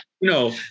No